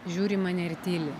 žiūri į mane ir tyli